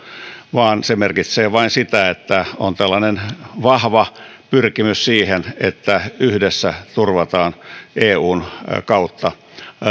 vaan se merkitsee vain sitä että on tällainen vahva pyrkimys siihen että yhdessä turvataan eun kautta